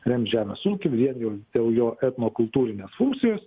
remt žemės ūkį vrien jau dėl jo etnokultūrinio funkcijos